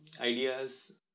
ideas